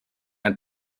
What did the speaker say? ein